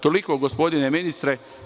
Toliko gospodine ministre.